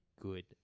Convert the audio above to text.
good